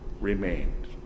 remained